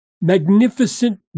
magnificent